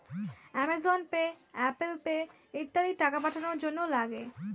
Amazon pay, Apple pay ইত্যাদি টাকা পাঠানোর জন্যে লাগে